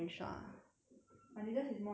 adidas is more expensive bah